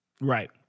Right